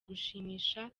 gushimisha